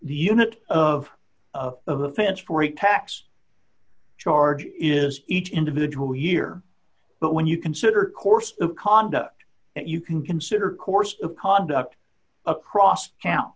the unit of of of offense for a tax charge is each individual year but when you consider course of conduct that you can consider course of conduct across town